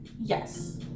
yes